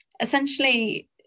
essentially